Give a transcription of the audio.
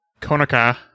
Konaka